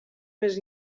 més